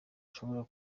ashobora